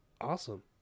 Awesome